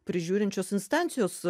prižiūrinčios instancijos